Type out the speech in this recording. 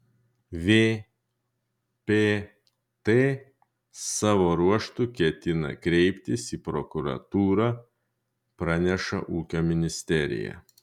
vpt savo ruožtu ketina kreiptis į prokuratūrą praneša ūkio ministerija